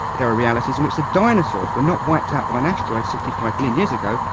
there are realities in which the dinosaurs were not wiped out by an asteroid sixty five million years ago,